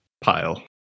pile